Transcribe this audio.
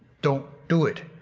don't do it.